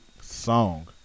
song